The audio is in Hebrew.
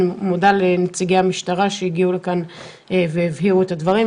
אני מודה לנציגי המשטרה שהגיעו לכאן והבהירו את הדברים,